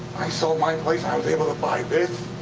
i sold my place, i was able to buy this.